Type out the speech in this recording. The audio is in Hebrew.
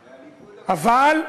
אבל,